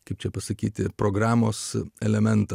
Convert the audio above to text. kaip čia pasakyti programos elementą